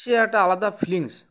সে একটা আলাদা ফিলিংস